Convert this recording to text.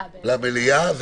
ועוברת למליאה.